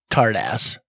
Tardass